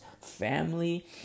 family